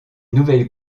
nouvelles